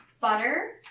butter